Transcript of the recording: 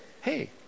Hey